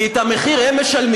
כי את המחיר הם משלמים.